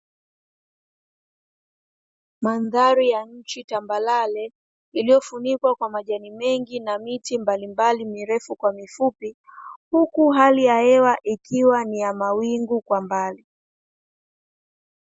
Mandhari ya nchi tambarare iliyofunikwa kwa majani mengi na miti mbalimbali mirefu kwa mifupi, huku hali ya hewa ikiwa ni ya mawingu kwa mbali.